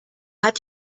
hat